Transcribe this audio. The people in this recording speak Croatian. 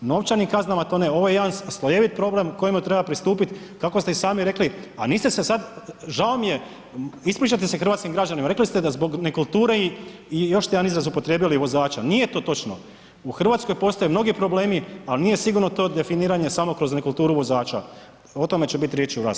Novčanim kaznama to ne, ovo je jedan slojevit problem kojemu treba pristupit, kako ste i sami rekli, a niste se sad, žao mi je, ispričajte se hrvatskim građanima, rekli ste da zbog nekulture i još ste jedan izraz upotrijebili, vozača, nije to točno, u RH postoje mnogi problemi, ali nije sigurno to definiranje samo kroz nekulturu vozača, o tome će biti riječi u raspravi.